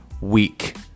week